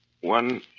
One